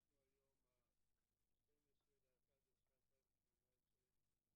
היום ה-12 בנובמבר 2018,